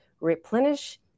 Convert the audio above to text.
replenish